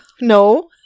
no